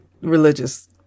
religious